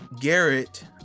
Garrett